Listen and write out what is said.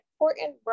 important